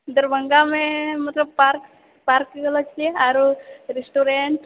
दरभंगामे मतलब park park गेलओ छियै आओरो रेस्टोरेन्ट